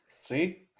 See